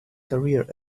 career